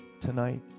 tonight